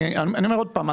אני אומר עוד פעם.